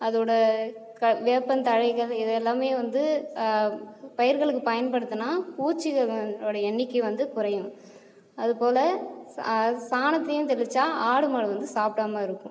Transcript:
அதோடய க வேப்பந்தழைகள் இது எல்லாமே வந்து பயிர்களுக்கு பயன்படுத்துனா பூச்சிகளோடைய எண்ணிக்கை வந்து குறையும் அதுபோல் சா சாணத்தையும் தெளிச்சால் ஆடு மாடு வந்து சாப்பிடாம இருக்கும்